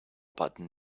button